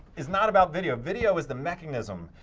is not about video. video is the mechanism,